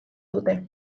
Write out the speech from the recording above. dute